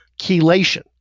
Chelation